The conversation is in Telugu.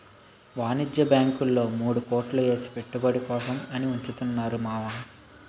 వాణిజ్య బాంకుల్లో మూడు కోట్లు ఏసి పెట్టుబడి కోసం అని ఉంచుతున్నాను మావా